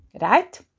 right